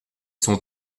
sont